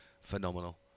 phenomenal